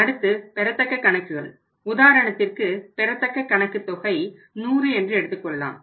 அடுத்து பெறத்தக்க கணக்குகள் உதாரணத்திற்கு பெறத்தக்க கணக்கு தொகை 100 என்று எடுத்துக்கொள்ளலாம்